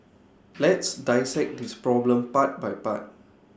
let's dissect this problem part by part